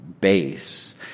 base